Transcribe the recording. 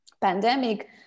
pandemic